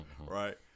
right